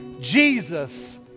Jesus